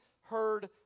heard